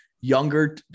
younger